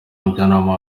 umujyanama